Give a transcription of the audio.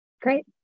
Great